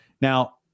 Now